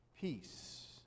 Peace